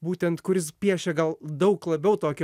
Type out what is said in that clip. būtent kuris piešia gal daug labiau tokio